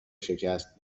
شکست